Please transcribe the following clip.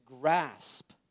grasp